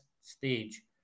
stage